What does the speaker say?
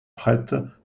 prête